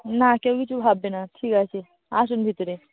না কেউ কিছু ভাববে না ঠিক আছে আসুন ভিতরে